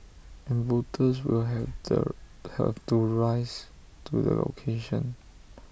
and voters will have the have to rise to the occasion